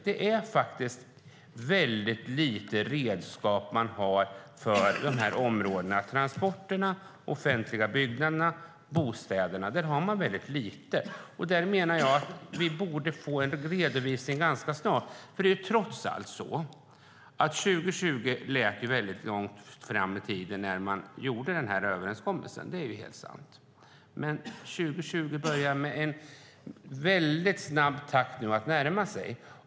Det är faktiskt väldigt få redskap man har för de här områdena, transporterna, de offentliga byggnaderna och bostäderna. Där har man väldigt lite. Där menar jag att vi borde få en redovisning ganska snart. Det är trots allt så att 2020 lät som väldigt långt fram i tiden när man gjorde den här överenskommelsen. Det är helt sant. Men 2020 börjar nu att i väldigt snabb takt närma sig.